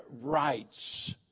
rights